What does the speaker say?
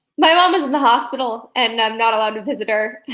my mom is in the hospital and i'm not allowed to visit